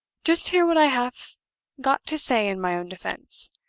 just hear what i have got to say in my own defense.